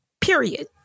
Period